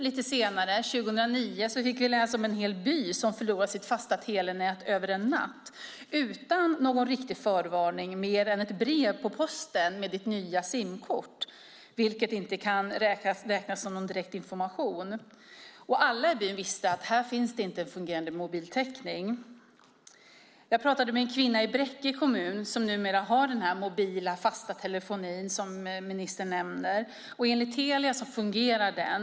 Lite senare, 2009, fick vi läsa om en hel by som förlorade sitt fasta telenät över en natt utan någon riktig förvarning mer än ett brev på posten med ett nytt simkort, vilket inte kan räknas som någon direkt information. Alla i byn visste att det inte fanns fungerande mobiltäckning. Jag pratade med en kvinna i Bräcke kommun som numera har den mobila fasta telefonin, som ministern nämner. Enligt Telia fungerar den.